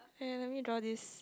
wait ah let me draw this